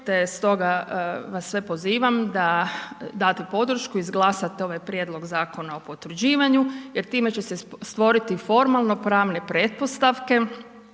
te stoga vas sve pozivam da date podršku, izglasate ovaj prijedlog zakona o potvrđivanju jer time će stvoriti formalno pravne pretpostavke